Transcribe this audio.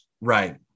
Right